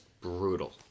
brutal